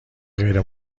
غیر